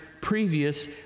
previous